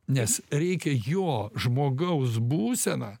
nes reikia jo žmogaus būseną